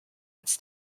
its